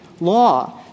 law